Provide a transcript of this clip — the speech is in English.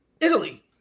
Italy